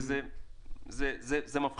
ומה שאני רואה פה זה מפחיד.